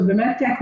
אדוני היושב-ראש,